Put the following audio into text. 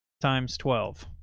times twelve.